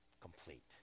complete